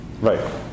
Right